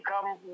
come